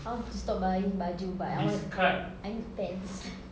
I want to stop buying baju but I want I need pants